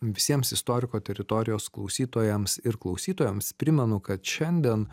visiems istoriko teritorijos klausytojams ir klausytojoms primenu kad šiandien